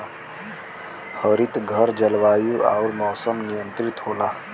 हरितघर जलवायु आउर मौसम नियंत्रित होला